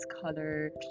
color